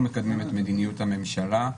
אנחנו מקדמים את מדיניות הממשלה,